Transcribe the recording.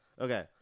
Okay